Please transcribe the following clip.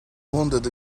wounded